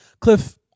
Cliff